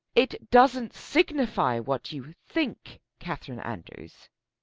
it doesn't signify what you think, catherine andrews.